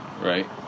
right